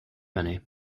many